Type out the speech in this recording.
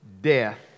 death